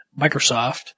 Microsoft